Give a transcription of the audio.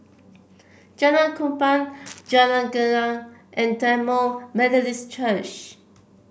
Jalan Kupang Jalan Gelegar and Tamil Methodist Church